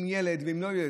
עם ילד ולא עם ילד?